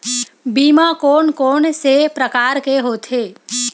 बीमा कोन कोन से प्रकार के होथे?